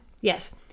Yes